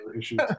issues